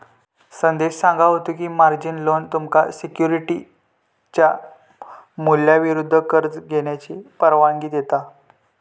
संदेश सांगा होतो की, मार्जिन लोन तुमका सिक्युरिटीजच्या मूल्याविरुद्ध कर्ज घेण्याची परवानगी देता